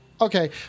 Okay